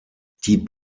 die